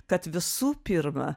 kad visų pirma